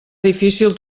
difícil